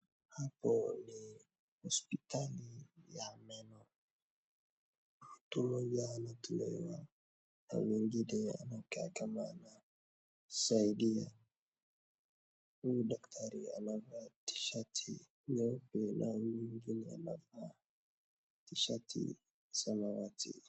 Hapo ni hospitali ya meno, mtu mmoja anatibiwa na mwingine anakaa kama anasaidia, huyu daktari anavaa tishati nyeupe na huyu mwingine anavaa tishati samawati.